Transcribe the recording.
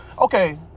okay